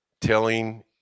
telling